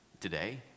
today